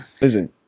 listen